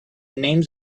names